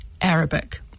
Arabic